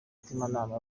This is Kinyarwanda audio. mutimanama